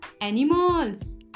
animals